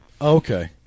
Okay